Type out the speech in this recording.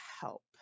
help